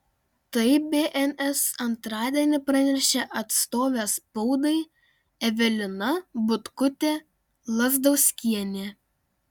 tai bns antradienį pranešė atstovė spaudai evelina butkutė lazdauskienė